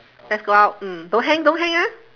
let's go out mm don't hang don't hang ah